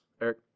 Eric